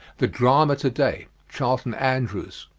the drama today, charlton andrews.